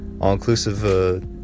all-inclusive